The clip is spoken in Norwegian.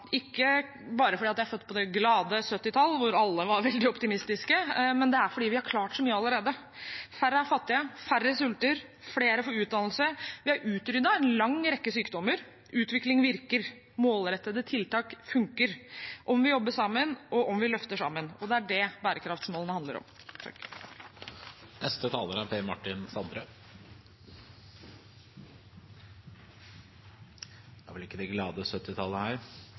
ikke bare fordi jeg er født på det glade 70-tall, hvor alle var veldig optimistiske, men fordi vi har klart så mye allerede. Færre er fattige, færre sulter, flere får utdannelse. Vi har utryddet en lang rekke sykdommer. Utvikling virker, og målrettede tiltak funker om vi jobber sammen, og om vi løfter sammen. Det er det bærekraftsmålene handler om. Jeg vil i dag prate om et par bærekraftsmål som jeg mener er